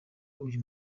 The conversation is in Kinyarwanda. uyu